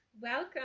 Welcome